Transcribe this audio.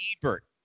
Ebert